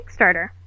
Kickstarter